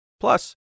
Plus